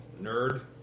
nerd